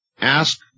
Ask